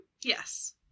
yes